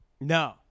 No